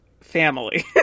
family